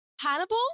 Hannibal